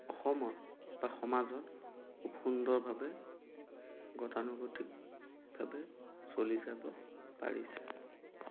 অসমত বা সমাজত খুব সুন্দৰভাৱে গতানুগতিকভাৱে চলি যাব পাৰিছে